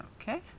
Okay